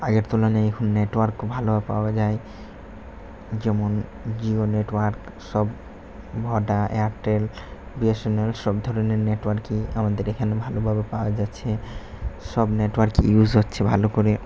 আগের তুলনায় এখন নেটওয়ার্কও ভালোভাবে পাওয়া যায় যেমন জিও নেটওয়ার্ক সব ভোডা এয়ারটেল বিএসএনএল সব ধরনের নেটওয়ার্কই আমাদের এখানে ভালোভাবে পাওয়া যাচ্ছে সব নেটওয়ার্কই ইউস হচ্ছে ভালো করে